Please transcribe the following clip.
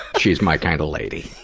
she's my kind of lady.